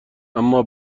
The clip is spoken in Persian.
اما